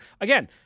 Again